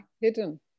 Hidden